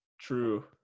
True